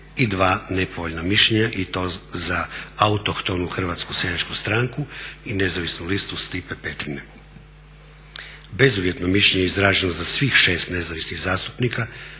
i 2 nepovoljna mišljenja i to za Autohtonu Hrvatsku seljačku stranku i Nezavisnu listu Stipe Petrine. Bezuvjetno mišljenje izraženo je za svih 6 nezavisnih zastupnika,